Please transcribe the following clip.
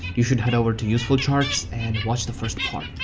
you should head over to useful charts and watch the first part.